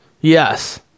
yes